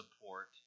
support